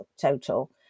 total